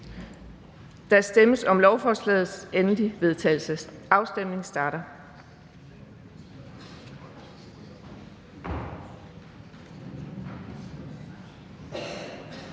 Der stemmes om lovforslagets endelige vedtagelse. Afstemningen starter.